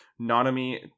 Nanami